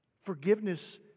Forgiveness